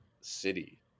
city